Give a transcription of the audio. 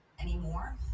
Anymore